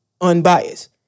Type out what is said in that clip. unbiased